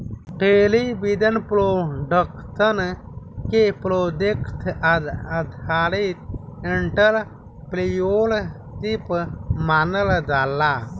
television production के project आधारित entrepreneurship मानल जाला